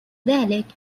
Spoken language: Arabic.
ذلك